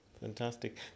Fantastic